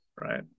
right